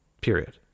period